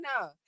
no